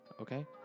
okay